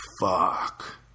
fuck